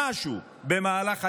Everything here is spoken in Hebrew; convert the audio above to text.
משהו במהלך היום,